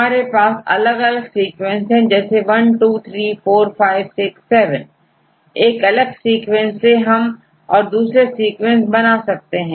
हमारे पास अलग अलग सीक्वेंस है जैसे 1234567 एक अलग सीक्वेंस से हम और दूसरे सीक्वेंस बना सकते हैं